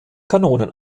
kanonen